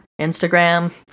Instagram